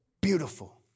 beautiful